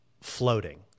floating